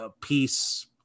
piece